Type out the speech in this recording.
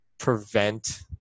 prevent